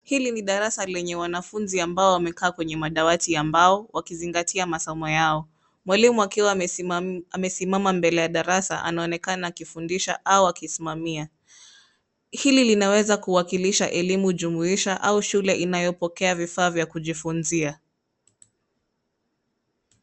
Hili ni darasa lenye wanafunzi ambao wamekaa kwenye madawati ya mbao, wakizingatia masomo yao. Mwalimu akiwa amesimama mbele ya darasa, anaonekana akifundisha au akisimamia. Hili linaweza kuwakilisha elimu jumuisha au shule inayopokea vifaa vya kujifunzia.